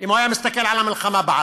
אם הוא היה מסתכל על המלחמה בעזה.